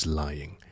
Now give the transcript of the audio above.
lying